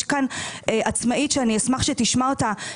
יש כאן עצמאית שאני אשמח שתשמע אותה,